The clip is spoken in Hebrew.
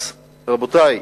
רבותי,